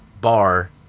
bar